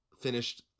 finished